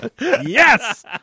Yes